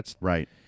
Right